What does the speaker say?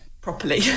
properly